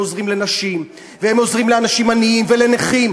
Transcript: והם עוזרים לנשים והם עוזרים לאנשים עניים ולנכים,